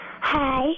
Hi